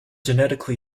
genetically